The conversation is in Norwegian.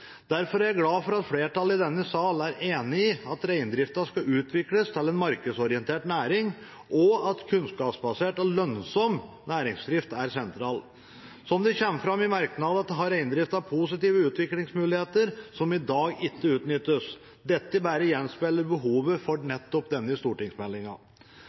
Derfor er jeg glad for at flertallet i denne sal er enig i at reindrifta skal utvikles til en markedsorientert næring, og at kunnskapsbasert og lønnsom næringsdrift er sentralt. Som det kommer fram i merknadene, har reindrifta positive utviklingsmuligheter som i dag ikke utnyttes. Dette bare gjenspeiler behovet for